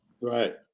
right